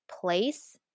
place